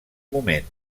moment